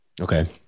Okay